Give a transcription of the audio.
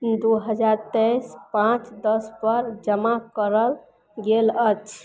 दू हजार तैइस पॉँच दसपर जमा करल गेल अछि